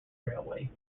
railway